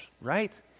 right